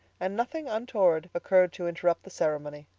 and nothing untoward occurred to interrupt the ceremony.